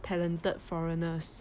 talented foreigners